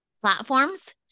platforms